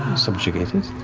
subjugated.